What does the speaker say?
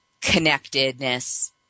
connectedness